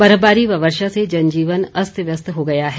बर्फबारी व वर्षा से जनजीवन अस्त व्यस्त हो गया है